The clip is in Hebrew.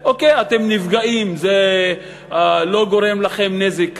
בסדר, אתם נפגעים, זה לא גורם לכם נזק רב,